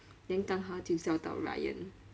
then 刚好就叫到 ryan